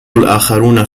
الاخرون